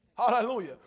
Hallelujah